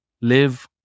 live